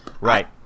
right